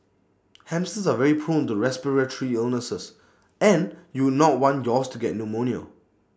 hamsters are very prone to respiratory illnesses and you would not want yours to get pneumonia